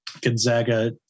Gonzaga